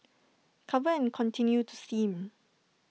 cover and continue to steam